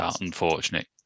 unfortunate